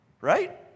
Right